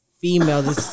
female